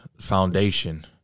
foundation